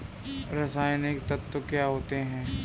रसायनिक तत्व क्या होते हैं?